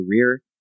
career